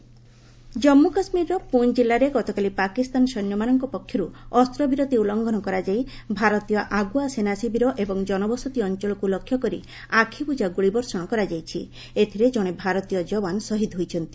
JK ceasefire Jammu କାଶ୍ମୀରର ପୂଞ୍ଚ ଜିଲ୍ଲାରେ ଗତକାଲି ପାକିସ୍ତାନ ସୈନ୍ୟମାନଙ୍କ ପକ୍ଷରୁ ଅସ୍ତ୍ର ବିରତି ଉଲ୍ଲୁଂଘନ କରାଯାଇ ଭାରତୀୟ ଆଗୁଆ ସେନା ଶିବିର ଏବଂ ଜନବସତି ଅଞ୍ଚଳକୁ ଲକ୍ଷ୍ୟ କରି ଆଖିବୁଜା ଗୁଳି ବର୍ଷଣରେ ଜଣେ ଭାରତୀୟ ଯବାନ ଶହୀଦ ହୋଇଛନ୍ତି